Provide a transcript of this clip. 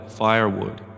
firewood